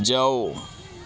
جاؤ